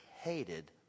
hated